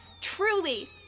truly